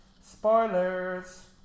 Spoilers